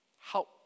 Help